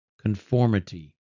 conformity